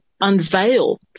unveil